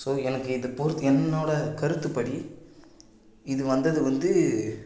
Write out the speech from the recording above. so எனக்கு இது பொறுத்து என்னோட கருத்துபடி இது வந்தது வந்து